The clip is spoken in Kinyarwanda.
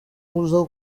gusa